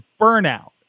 burnout